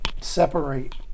separate